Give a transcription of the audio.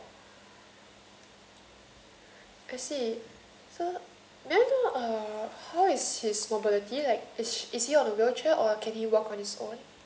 I see so may I know uh how is his mobility like is is he on a wheelchair or can he walk on its own